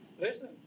Listen